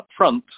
upfront